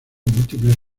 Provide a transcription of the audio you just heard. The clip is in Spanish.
múltiples